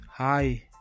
hi